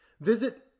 Visit